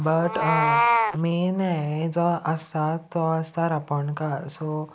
but main हे जो आसा तो आसता रांपोणकार सो